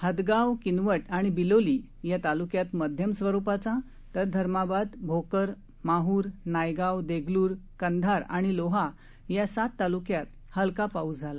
हदगाव किनवट आणि बिलोली या तालुक्यात मध्यम स्वरूपाचा तर धर्माबाद भोकर माहूर नायगाव दाक्रिर कंधार आणि लोहा या सात तालुक्यात हलका पाऊस झाला